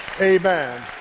Amen